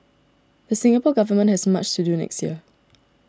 the Singapore Government has much to do next year